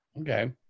Okay